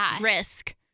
risk